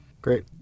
Great